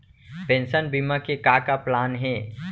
Pension बीमा के का का प्लान हे?